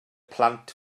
plant